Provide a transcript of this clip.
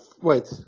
Wait